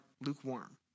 lukewarm